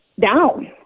down